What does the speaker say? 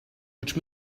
which